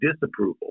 disapproval